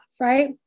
right